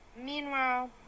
meanwhile